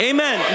Amen